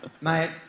Mate